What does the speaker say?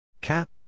Cap